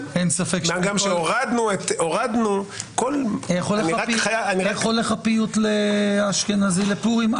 מה גם שהורדנו את כל --- איך הולך הפיוט לאשכנזי לפורים?